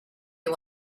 you